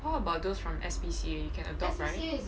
what about those from S_P_C_A you can adopt right